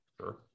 Sure